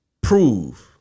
prove